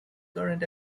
current